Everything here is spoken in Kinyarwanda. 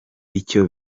icyo